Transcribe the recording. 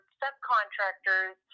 subcontractors